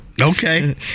okay